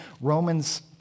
Romans